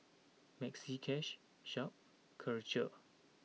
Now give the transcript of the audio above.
Maxi Cash Sharp Karcher